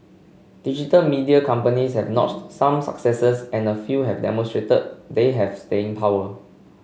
digital media companies have notched some successes and a few have demonstrated they have staying power